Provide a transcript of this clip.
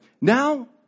now